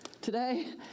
today